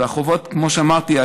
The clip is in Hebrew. וכמו שאמרתי,